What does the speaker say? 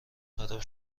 خراب